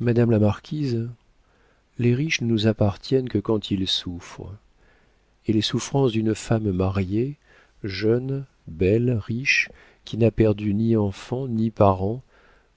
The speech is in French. madame la marquise les riches ne nous appartiennent que quand ils souffrent et les souffrances d'une femme mariée jeune belle riche qui n'a perdu ni enfants ni parents